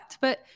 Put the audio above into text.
But-